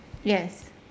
yes